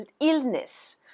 illness